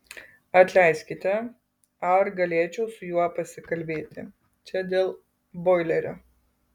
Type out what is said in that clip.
atleiskite ar galėčiau su juo pasikalbėti čia dėl boilerio